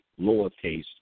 lowercase